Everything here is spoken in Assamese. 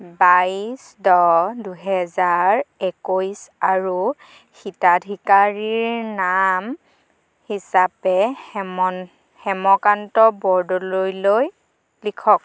বাইছ দহ দুহেজাৰ একৈছ আৰু হিতাধিকাৰীৰ নাম হিচাপে হেমকান্ত বৰদলৈ লিখক